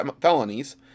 felonies